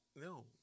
No